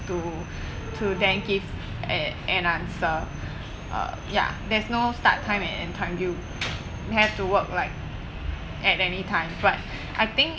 to to then give a~ an answer uh ya there's no start time and end time you you have to work like at anytime but I think